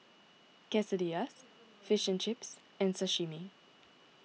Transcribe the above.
Quesadillas Fish and Chips and Sashimi